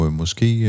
måske